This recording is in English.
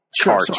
charge